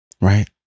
Right